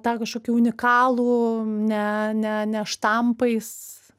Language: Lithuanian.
tą kažkokį unikalų ne ne ne štampais